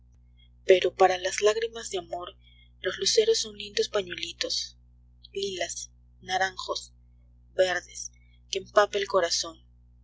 pero para las lágrimas de amor los luceros son liados pañuelitos lilas naranjos verdes que empapa el corazón